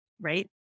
right